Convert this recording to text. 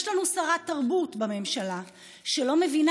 יש לנו שרת תרבות בממשלה שלא מבינה